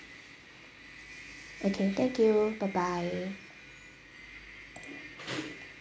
okay thank you bye bye